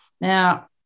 Now